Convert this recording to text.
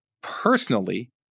personally